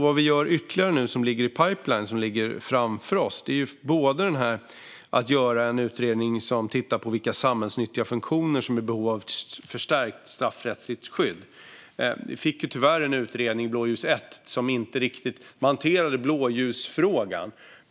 Vad vi gör ytterligare nu, vad som ligger i pipeline och framför oss, är att göra en utredning som tittar på vilka samhällsnyttiga funktioner som är behov av förstärkt straffrättsligt skydd. Den första blåljusutredningen hanterade tyvärr inte hela blåljusfrågan.